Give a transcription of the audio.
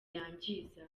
yangiza